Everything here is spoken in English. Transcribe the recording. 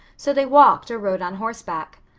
so they walked or rode on horseback.